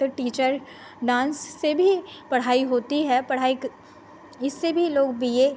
तो teacher dance से भी पढ़ाई होती है पढ़ाई इससे भी लोग बी ए